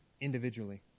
individually